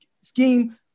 scheme